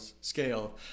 scale